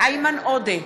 איימן עודה,